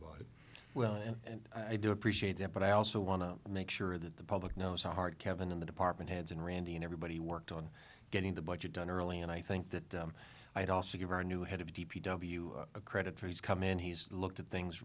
about it well and i do appreciate that but i also want to make sure that the public knows how hard kevin in the department heads and randy and everybody worked on getting the budget done early and i think that i'd also give our new head of d p w a credit for he's come in and he's looked at things